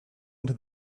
into